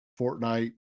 Fortnite